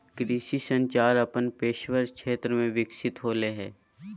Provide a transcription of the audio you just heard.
कृषि संचार अपन पेशेवर क्षेत्र में विकसित होले हें